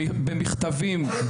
במכתבים,